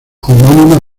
homónima